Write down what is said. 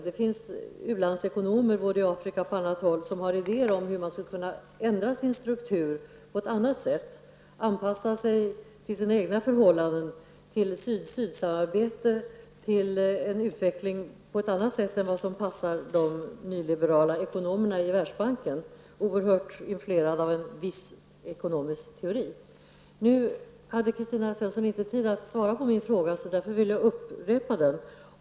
Det finns u-landsekonomer både i Afrika och på andra håll som har idéer om hur man skall kunna ändra sin struktur på ett annat sätt och anpassa sig till sina egna förhållanden, till syd-syd-samarbete och till en utveckling på ett annat sätt än vad som passar de nyliberala ekonomerna i världsbanken. De är oerhört influerade av en viss ekonomisk teori. Kristina Svensson hade inte tid att svara på min fråga. Därför vill jag upprepa den.